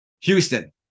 Houston